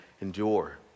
endure